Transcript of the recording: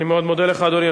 אני מאוד מודה לך, אדוני.